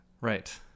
Right